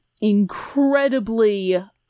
incredibly